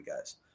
guys